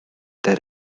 there